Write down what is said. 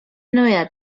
novedad